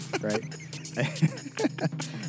right